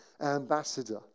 ambassador